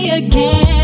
again